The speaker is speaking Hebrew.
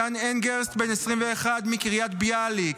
מתן אנגרסט, בן 21, מקריית ביאליק,